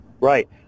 Right